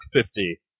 fifty